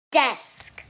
desk